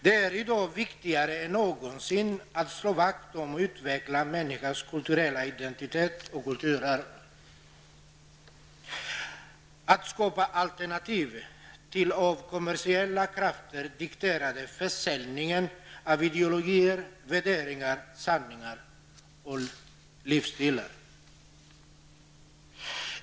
Det är i dag viktigare än någonsin att slå vakt om och utveckla människans kulturella identitet och kulturarv, att skapa alternativ till den av kommersiella krafter dikterade försäljningen av ideologier, värderingar, sanningar och livsstilar.